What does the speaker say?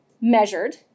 measured